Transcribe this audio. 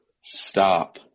Stop